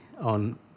on